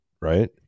right